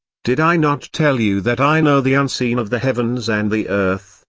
did i not tell you that i know the unseen of the heavens and the earth,